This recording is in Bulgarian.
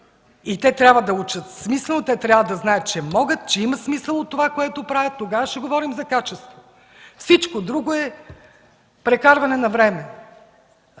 И те трябва да учат. Те трябва да знаят, че могат, че има смисъл от това, което правят. Тогава ще говорим за качество. Всичко друго е прекарване на време.